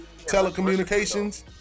telecommunications